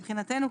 מבחינתנו,